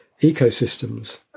ecosystems